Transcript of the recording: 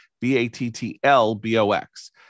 B-A-T-T-L-B-O-X